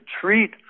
treat